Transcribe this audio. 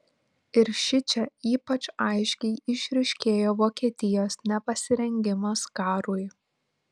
ir šičia ypač aiškiai išryškėjo vokietijos nepasirengimas karui